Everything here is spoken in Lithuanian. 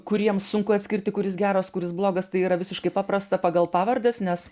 kuriems sunku atskirti kuris geras kuris blogas tai yra visiškai paprasta pagal pavardes nes